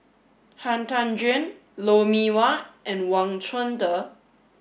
Han Tan Juan Lou Mee Wah and Wang Chunde